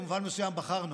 במובן מסוים בחרנו,